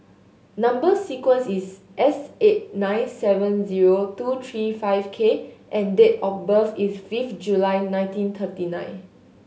number sequence is S eight nine seven zero two three five K and date of birth is fifth July nineteen thirty nine